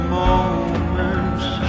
moments